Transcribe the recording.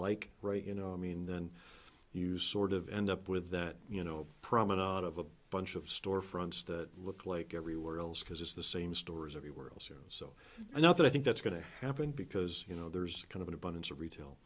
like right you know i mean then you sort of end up with that you know prominent of a bunch of storefronts that look like everywhere else because it's the same stores everywhere else so i know that i think that's going to happen because you know there's kind of an abundance of retail